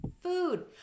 Food